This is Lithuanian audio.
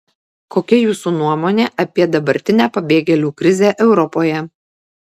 kokia jūsų nuomonė apie dabartinę pabėgėlių krizę europoje